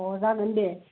अ जागोन दे